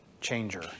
changer